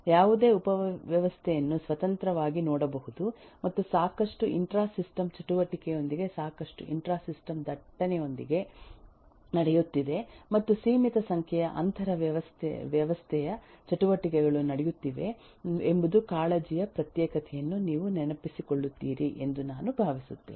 ಯಾವುದೇ ಉಪವ್ಯವಸ್ಥೆಯನ್ನು ಸ್ವತಂತ್ರವಾಗಿ ನೋಡಬಹುದು ಮತ್ತು ಸಾಕಷ್ಟು ಇಂಟ್ರಾಸಿಸ್ಟಮ್ ಚಟುವಟಿಕೆಯೊಂದಿಗೆ ಸಾಕಷ್ಟು ಇಂಟ್ರಾಸಿಸ್ಟಮ್ ದಟ್ಟಣೆಯೊಂದಿಗೆ ನಡೆಯುತ್ತಿದೆ ಮತ್ತು ಸೀಮಿತ ಸಂಖ್ಯೆಯ ಅಂತರ ವ್ಯವಸ್ಥೆಯ ಚಟುವಟಿಕೆಗಳು ನಡೆಯುತ್ತಿವೆ ಎಂಬುದು ಕಾಳಜಿಯ ಪ್ರತ್ಯೇಕತೆಯನ್ನು ನೀವು ನೆನಪಿಸಿಕೊಳ್ಳುತ್ತೀರಿ ಎಂದು ನಾನು ಭಾವಿಸುತ್ತೇನೆ